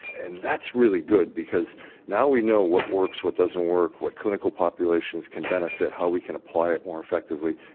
and that's really good because now we know what works, what doesn't work, what clinical populations can benefit, how we can apply it more effectively,